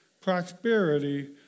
prosperity